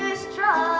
struggle